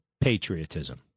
patriotism